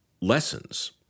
lessons